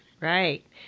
right